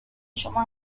شما